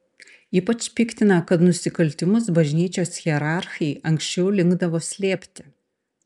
ypač piktina kad nusikaltimus bažnyčios hierarchai anksčiau linkdavo slėpti